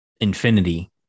infinity